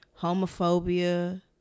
homophobia